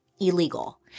illegal